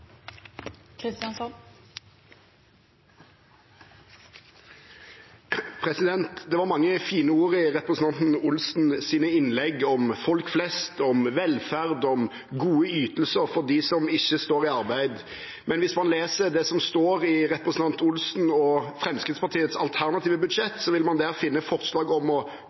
innlegg, om folk flest, om velferd, og om gode ytelser for dem som ikke står i arbeid. Men hvis man leser det som står i representanten Olsen og Fremskrittspartiets alternative budsjett, vil man der finne forslag om å